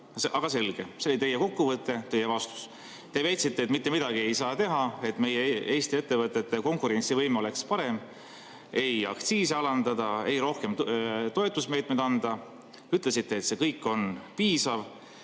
Aga selge, see oli teie kokkuvõte, teie vastus. Te väitsite, et mitte midagi ei saa teha, et meie Eesti ettevõtete konkurentsivõime oleks parem, ei aktsiisi alandada, ei rohkem toetusmeetmeid anda. Ütlesite, et see kõik on piisav